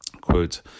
Quote